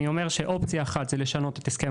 אני אומר שאופציה אחת היא לשנות את הסכם